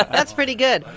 that's pretty good.